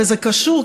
וזה קשור,